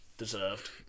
deserved